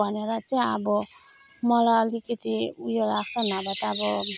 भनेर चाहिँ अब मलाई अलिकति उयो लाग्छ नभए त अब